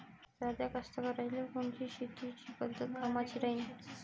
साध्या कास्तकाराइले कोनची शेतीची पद्धत कामाची राहीन?